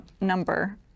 number